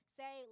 say